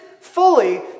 fully